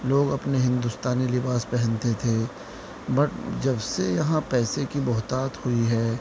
لوگ اپنے ہندوستانی لباس پہنتے تھے بٹ جب سے یہاں پیسے کی بہتات ہوئی ہے